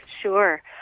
Sure